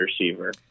receiver